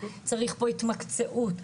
צריך פה התמקצעות,